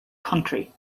country